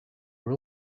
were